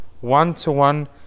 one-to-one